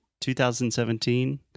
2017